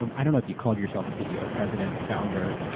um i don't know if you call yourself a ceo, president, founder.